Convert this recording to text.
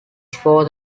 fourth